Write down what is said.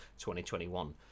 2021